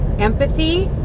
empathy,